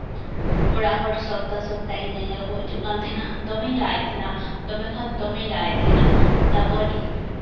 ᱚᱲᱟᱜ ᱦᱚᱲ ᱥᱚᱯᱛᱟ ᱥᱚᱯᱛᱟ ᱤᱧ ᱧᱮᱧᱮᱞ ᱠᱚ ᱦᱤᱡᱩᱜ ᱠᱟᱱ ᱛᱟᱦᱮᱱᱟ ᱫᱚᱢᱮᱧ ᱨᱟᱜᱼᱮᱫ ᱛᱟᱦᱮᱱᱟ ᱫᱚᱢᱮ ᱠᱷᱟᱱ ᱫᱚᱢᱮᱧ ᱨᱟᱜᱮᱫ ᱛᱟᱦᱮᱱᱟ ᱛᱟᱨᱯᱚᱨ